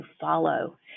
follow